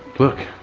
look.